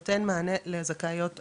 נותן מענה לזכאיות הקיימות.